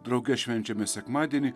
drauge švenčiame sekmadienį